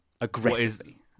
Aggressively